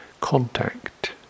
contact